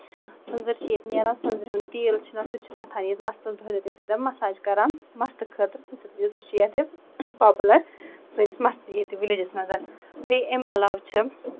سٔندٕر چھِ ییٚتہِ نیران سٔندرِ ہُند تیٖل چھُنہ سُہ تہِ چھِ ییٚتہِ مَتھان ییٚتہِ مَستَس دۄہلہِ تَمہِ سۭتۍ مَساج کران مَستہٕ خٲطرٕ تمہِ سۭتۍ تہِ چھُ سُہ چھُ ییٚتہِ پاپوٗلر سٲنِس ییٚتہِ وِلیجَس منٛز بیٚیہِ اَمہِ علاوٕ چھِ